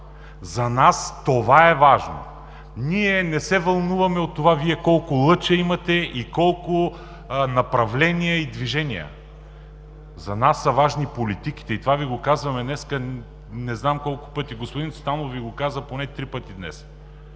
За нас това е важно! Ние не се вълнуваме от това Вие колко лъча имате и колко направления и движения. За нас са важни политиките, и това Ви го казваме днес не знам колко пъти. Господин Цветанов Ви го каза поне три пъти днес,